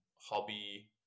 hobby